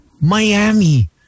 Miami